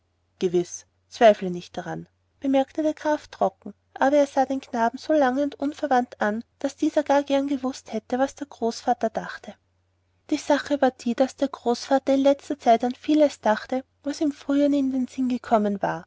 gewiß zweifle nicht daran bemerkte der graf trocken aber er sah den knaben so lange und unverwandt an daß dieser gar gern gewußt hätte was der großvater dachte die sache war die daß der großvater in letzter zeit an vieles dachte was ihm früher nie in den sinn gekommen war